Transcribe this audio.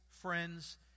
friends